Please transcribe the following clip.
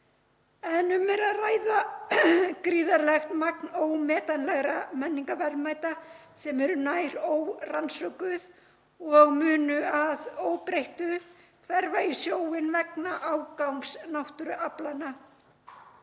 Um er að ræða gríðarlegt magn ómetanlegra menningarverðmæta sem eru nær órannsökuð og munu að óbreyttu hverfa í sjóinn vegna ágangs náttúruaflanna.